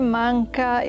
manca